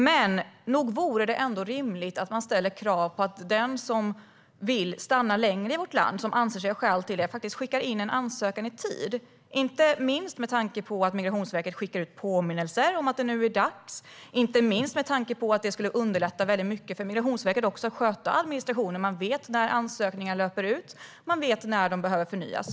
Men nog vore det ändå rimligt att man ställer krav på att den som vill stanna längre i vårt land och anser sig ha skäl till det skickar in en ansökan i tid. Det gäller inte minst med tanke på att Migrationsverket skickar ut påminnelser om att det nu är dags och att det skulle underlätta väldigt mycket för Migrationsverket att sköta administrationen. Man vet när ansökningar löper ut, och man vet när de behöver förnyas.